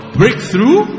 breakthrough